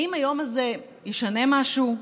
האם היום הזה ישנה משהו?